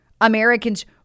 Americans